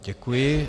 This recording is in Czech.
Děkuji.